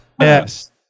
Yes